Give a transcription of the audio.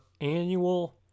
annual